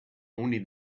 only